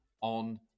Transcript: on